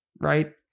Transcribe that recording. right